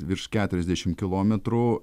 virš keturiasdešim kilometrų